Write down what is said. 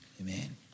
Amen